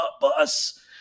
bus